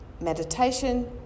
Meditation